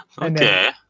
Okay